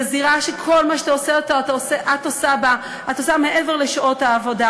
זאת זירה שכל מה שאת עושה בה את עושה מעבר לשעות העבודה.